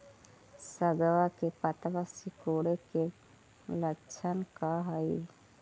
सगवा के पत्तवा सिकुड़े के लक्षण का हाई?